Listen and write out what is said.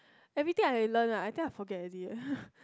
everything I learnt ah I think I forget already eh